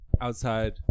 outside